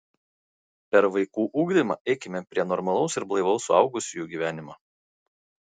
per vaikų ugdymą eikime prie normalaus ir blaivaus suaugusiųjų gyvenimo